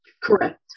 Correct